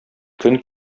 көн